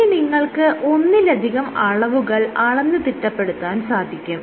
ഇനി നിങ്ങൾക്ക് ഒന്നിലധികം അളവുകൾ അളന്ന് തിട്ടപ്പെടുത്താൻ സാധിക്കും